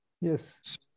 Yes